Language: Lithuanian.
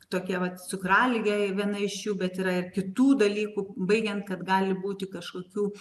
tokie vat cukraligė viena iš jų bet yra ir kitų dalykų baigiant kad gali būti kažkokių